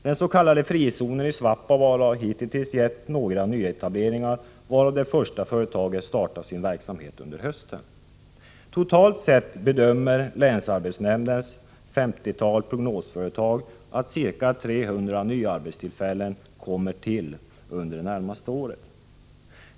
Den s.k. frizonen i Svappavaara har hitintills gett några nyetableringar, varav det första företaget startar sin verksamhet under hösten. Totalt sett bedömer länsarbetsnämndens omkring 50 prognosföretag att ca 300 nya arbetstillfällen tillkommer under det närmaste året.